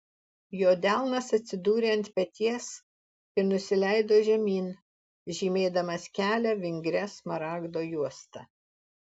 jo delnas atsidūrė ant peties ir nusileido žemyn žymėdamas kelią vingria smaragdo juosta